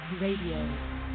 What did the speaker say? Radio